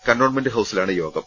cantonment ഹൌസി ന ലാണ് യോഗം